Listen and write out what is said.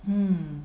mm